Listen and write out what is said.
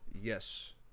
Yes